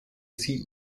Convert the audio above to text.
sie